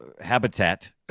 habitat